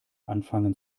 anfangen